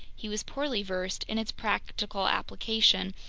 he was poorly versed in its practical application,